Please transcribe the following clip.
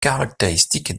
caractéristique